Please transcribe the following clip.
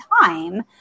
time